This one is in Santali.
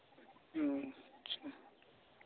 ᱦᱮᱸ ᱟᱪᱪᱷᱟ